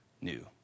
new